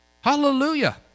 Hallelujah